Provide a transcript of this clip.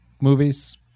movies